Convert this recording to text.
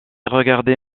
regardé